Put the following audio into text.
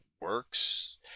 works